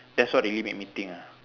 that's what really made me think ah